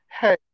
Hey